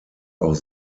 auch